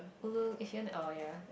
blue if you want oh ya